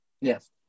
Yes